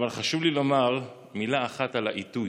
אבל חשוב לי לומר מילה אחת על העיתוי.